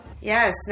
Yes